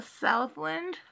Southland